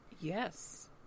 Yes